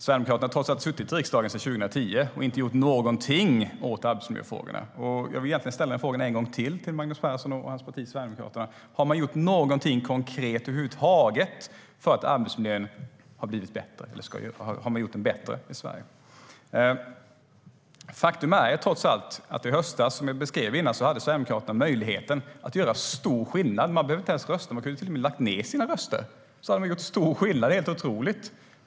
Sverigedemokraterna har trots allt suttit i riksdagen sedan 2010 och har inte gjort någonting åt arbetsmiljöfrågorna. Jag vill ställa frågan en gång till Magnus Persson och hans parti Sverigedemokraterna: Har man gjort någonting konkret över huvud taget för att göra arbetsmiljön bättre i Sverige? Faktum är trots allt att Sverigedemokraterna i höstas hade möjlighet att göra stor skillnad, som jag beskrev tidigare. Man hade inte ens behövt rösta; man kunde till och med ha lagt ned sina röster och gjort stor skillnad. Det är helt otroligt!